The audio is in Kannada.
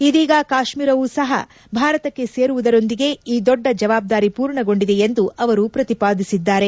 ಇದೀಗ ಕಾಶ್ಮೀರವೂ ಸಹ ಭಾರತಕ್ಕೆ ಸೇರುವುದರೊಂದಿಗೆ ಈ ದೊಡ್ಡ ಜವಾಬ್ದಾರಿ ಪೂರ್ಣಗೊಂಡಿದೆ ಎಂದು ಅವರು ಪ್ರತಿಪಾದಿಸಿದ್ದಾರೆ